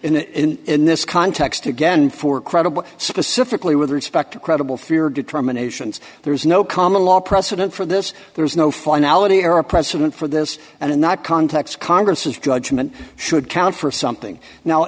limited in this context again for credible specifically with respect to credible fear determinations there's no common law precedent for this there's no finality era precedent for this and in that context congress is judgment should count for something now